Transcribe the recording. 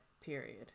period